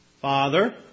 Father